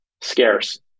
scarce